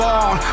on